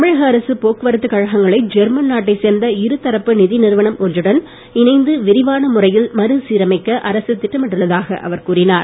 தமிழக அரசுப் போக்குவரத்துக் கழகங்களை ஜெர்மன் நாட்டைச் சேர்ந்த இருதரப்பு நிதி நிறுவனம் ஒன்றிடம் இணைந்து விரிவான முறையில் மறுசீரமைக்க அரசு திட்டமிட்டுள்ளதாக அவர் கூறினார்